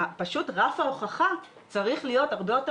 פשוט רף ההוכחה צריך להיות הרבה יותר